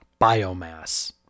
biomass